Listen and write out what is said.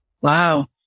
Wow